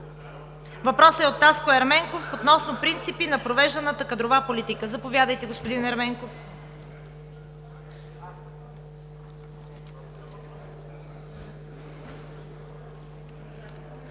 Въпросът е от Таско Ерменков относно принципи на провежданата кадрова политика. Заповядайте, господин Ерменков.